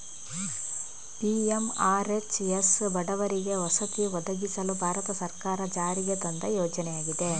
PMRHS ಬಡವರಿಗೆ ವಸತಿ ಒದಗಿಸಲು ಭಾರತ ಸರ್ಕಾರ ಜಾರಿಗೆ ತಂದ ಯೋಜನೆಯಾಗಿದೆ